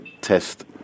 test